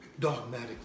Dogmatic